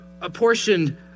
apportioned